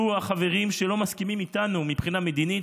החברים שלא מסכימים איתנו מבחינה מדינית,